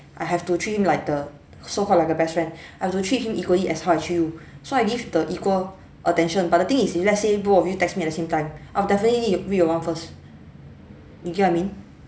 I have to treat him like a so called like a best friend I have to treat him equally as how I treat you so I give the equal attention but the thing is if let's say both of you text me at the same time I will definitely read your one first you get what I mean